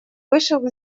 вышел